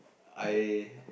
I